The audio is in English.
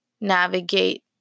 navigate